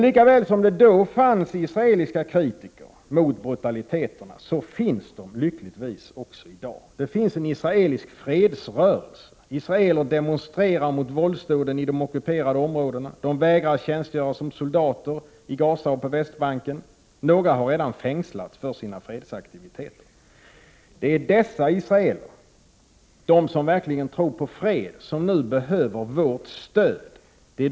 Lika väl som det då fanns israeler som var kritiska mot brutaliteterna, finns det lyckligtvis sådana kritiker också i dag. Det finns en israelisk fredsrörelse. Israeler demonstrerar mot våldsdåden i de ockuperade områdena. De vägrar att tjänstgöra som soldater i Gaza och på Västbanken — några har redan fängslats för sina fredsaktiviteter. Det är dessa israeler — de som verkligen tror på fred — som nu behöver vårt stöd.